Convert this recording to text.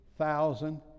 thousand